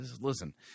Listen